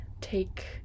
take